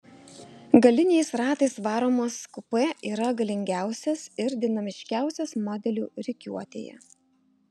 galiniais ratais varomas kupė yra galingiausias ir dinamiškiausias modelių rikiuotėje